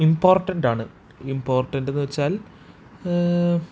important ആണ് important എന്ന് വച്ചാൽ